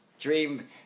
dream